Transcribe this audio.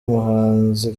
umuhanzi